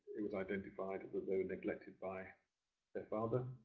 it was identified that they were neglected by their father,